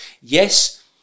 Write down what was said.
Yes